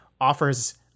offers